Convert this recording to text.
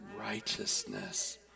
Righteousness